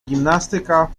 gimnastyka